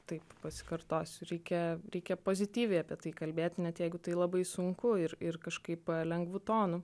tai pasikartosiu reikia reikia pozityviai apie tai kalbėt net jeigu tai labai sunku ir ir kažkaip lengvu tonu